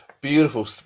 Beautiful